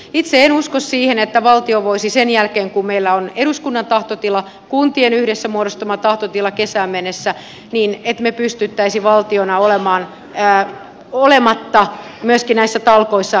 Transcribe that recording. itse en usko siihen että sen jälkeen kun meillä on eduskunnan tahtotila kuntien yhdessä muodostama tahtotila kesään mennessä me pystyisimme valtiona olemaan olematta myöskin näissä lisätalkoissa mukana